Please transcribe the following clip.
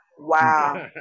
Wow